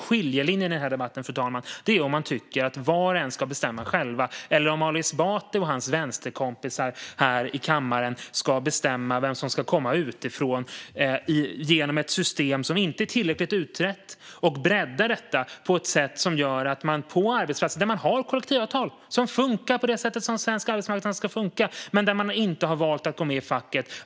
Skiljelinjen i debatten, fru talman, är om man tycker att var och en ska få bestämma själv eller att Ali Esbati och hans vänsterkompisar här i kammaren ska bestämma vem som ska komma utifrån genom ett system som inte är tillräckligt utrett. De vill bredda detta på arbetsplatser där kollektivavtal finns och funkar så som svensk arbetsmarknad ska funka men där man valt att inte gå med i facket.